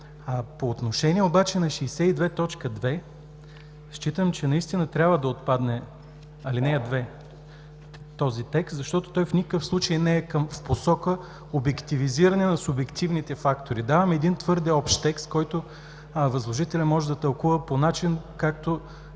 По отношение обаче на чл. 62, т. 2 смятам, че наистина трябва да отпадне ал. 2 в този текст, защото той в никакъв случай не е в посока обективизиране на субективните фактори. Давам един твърде общ текст, който възложителят може да тълкува по начин, както